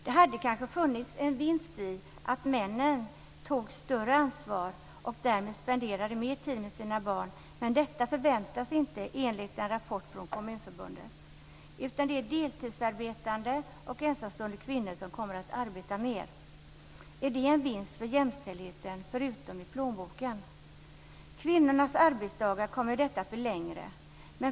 Det hade kanske funnits en vinst i att männen tog ett större ansvar och därmed spenderade mer tid med sina barn men detta förväntas inte enligt en rapport från Kommunförbundet, utan det är deltidsarbetande och ensamstående kvinnor som kommer att arbeta mer. Är det en vinst för jämställdheten, förutom i plånboken? Kvinnornas arbetsdagar kommer med detta att bli längre.